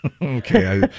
Okay